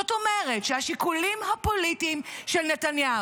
זאת אומרת שהשיקולים הפוליטיים של נתניהו,